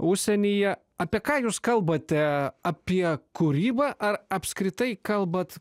užsienyje apie ką jūs kalbate apie kūrybą ar apskritai kalbat